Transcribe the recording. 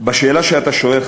בשאלה שאתה שואל,